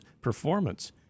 performance